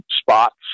spots